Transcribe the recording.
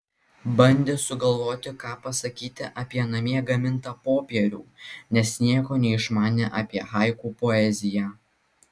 bandė sugalvoti ką pasakyti apie namie gamintą popierių nes nieko neišmanė apie haiku poeziją